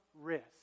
risk